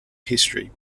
history